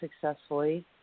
successfully